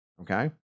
okay